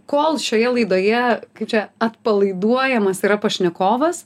kol šioje laidoje kaip čia atpalaiduojamas yra pašnekovas